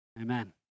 Amen